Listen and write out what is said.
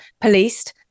policed